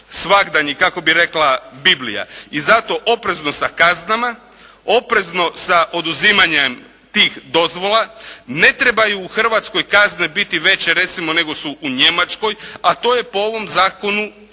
svagdanji, kako bi rekla Biblija. I zato oprezno sa kaznama, oprezno sa oduzimanjem tih dozvola. Ne trebaju u Hrvatskoj kazne biti veće, recimo nego su u Njemačkoj, a to je po ovom zakonu slučaj.